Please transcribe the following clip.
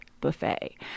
buffet